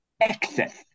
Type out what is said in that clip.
excess